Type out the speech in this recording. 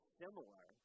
similar